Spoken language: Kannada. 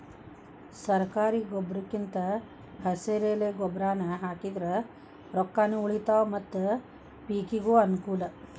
ಸರ್ಕಾರಿ ಗೊಬ್ರಕಿಂದ ಹೆಸರೆಲೆ ಗೊಬ್ರಾನಾ ಹಾಕಿದ್ರ ರೊಕ್ಕಾನು ಉಳಿತಾವ ಮತ್ತ ಪಿಕಿಗೂ ಅನ್ನಕೂಲ